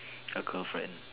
a girlfriend